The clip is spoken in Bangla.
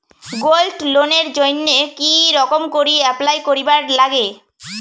গোল্ড লোনের জইন্যে কি রকম করি অ্যাপ্লাই করিবার লাগে?